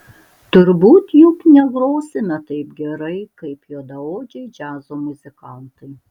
turbūt juk negrosime taip gerai kaip juodaodžiai džiazo muzikantai